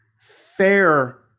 fair